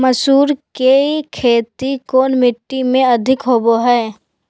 मसूर की खेती कौन मिट्टी में अधीक होबो हाय?